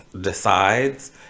decides